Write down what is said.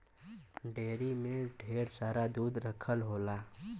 dairy में ढेर सारा दूध रखल होला